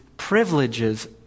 Privileges